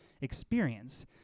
experience